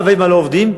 האבא והאימא לא עובדים,